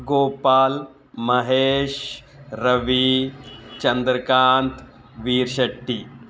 Gopal Mahesh Ravi Chandrakant Veer Shetty